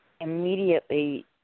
immediately